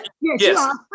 Yes